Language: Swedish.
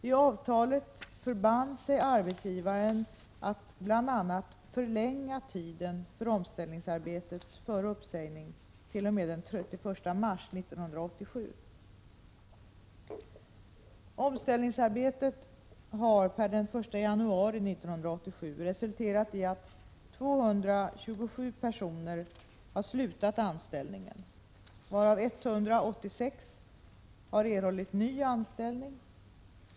Tavtalet förband sig arbetsgivaren att bl.a. förlänga tiden för omställningsarbetet före uppsägning t.o.m. den 31 mars 1987. Omställningsarbetet har per den 1 januari 1987 resulterat i att 227 personer har slutat anställningen, varav 186 har erhållit ny anställning.